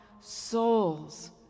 souls